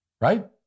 right